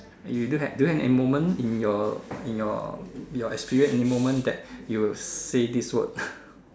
and you don't have don't have any moment in your in your your experience any moment that you say this word